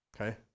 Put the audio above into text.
okay